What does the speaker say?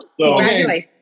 Congratulations